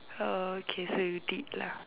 okay so you did lah